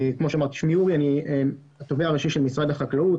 אני התובע הראשי של משרד החקלאות.